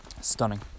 stunning